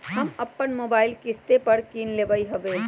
हम अप्पन मोबाइल किस्ते पर किन लेलियइ ह्बे